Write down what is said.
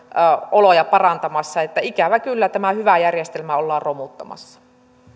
oloja parantamassa ikävä kyllä tämä hyvä järjestelmä ollaan romuttamassa